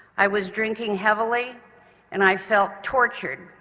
i was drinking heavily and i felt tortured,